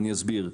ואני אסביר.